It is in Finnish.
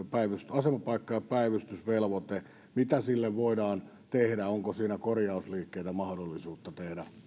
asemapaikka ja päivystysvelvoite mitä sille voidaan tehdä onko siinä korjausliikkeitä mahdollista tehdä